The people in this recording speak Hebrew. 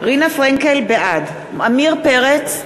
בעד עמיר פרץ,